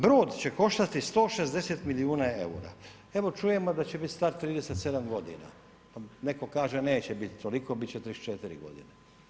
Brod će koštati 160 milijuna eura, evo čujemo da će bit star 37 godina, netko kaže neće bit toliko, bit će 34 godine.